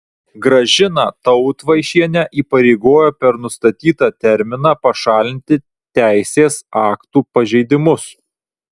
gražiną tautvaišienę įpareigojo per nustatytą terminą pašalinti teisės aktų pažeidimus